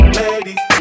ladies